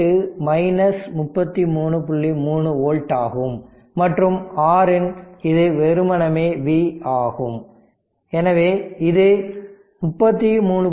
3 volt ஆகும் மற்றும் RIN இது வெறுமனே V ஆக இருக்கும் எனவே இது 33